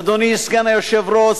אדוני סגן היושב-ראש,